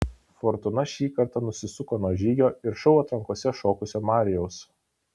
fortūna šį kartą nusisuko nuo žygio ir šou atrankose šokusio marijaus